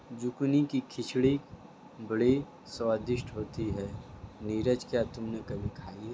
Zucchini की खिचड़ी बड़ी स्वादिष्ट होती है नीरज क्या तुमने कभी खाई है?